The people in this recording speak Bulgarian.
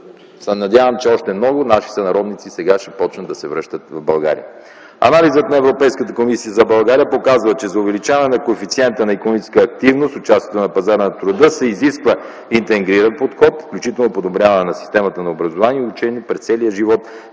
се надявам, че още много наши сънародници ще започнат да се връщат в България. Анализът на Европейската комисия за България показва, че за увеличаване на коефициента на икономическа активност с участието на пазара на труда се изисква интегриран подход, включително подобряване на системата на образование и обучение през целия живот,